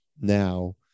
now